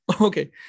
Okay